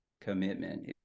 commitment